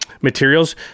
materials